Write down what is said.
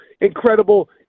incredible